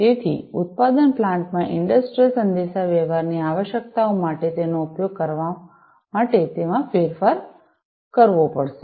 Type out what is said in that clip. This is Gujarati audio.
તેથી ઉત્પાદન પ્લાન્ટમાં ઇંડસ્ટ્રિયલ સંદેશાવ્યવહારની આવશ્યકતાઓ માટે તેનો ઉપયોગ કરવા માટે તેમાં ફેરફાર કરવો પડશે